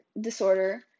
disorder